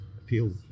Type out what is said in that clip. appeal